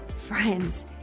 friends